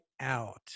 out